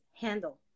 handle